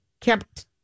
kept